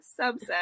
subset